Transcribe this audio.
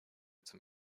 zum